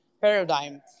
paradigm